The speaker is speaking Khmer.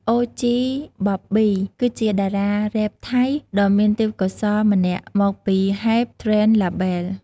OG Bobby គឺជាតារារ៉េបថៃដ៏មានទេពកោសល្យម្នាក់មកពី Hype Train label។